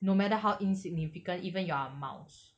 no matter how insignificant even you're a mouse